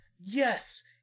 yes